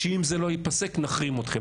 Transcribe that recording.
שאם זה לא ייפסק נחרים אתכם.